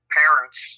parents